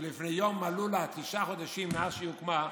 שלפני יום מלאו לה תשעה חודשים מאז שהיא הוקמה,